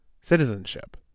citizenship